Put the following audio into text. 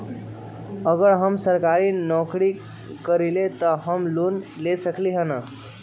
अगर हम सरकारी नौकरी करईले त हम लोन ले सकेली की न?